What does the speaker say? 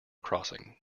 crossing